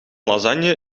lasagne